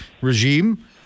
regime